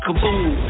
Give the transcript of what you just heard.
Kaboom